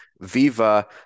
Viva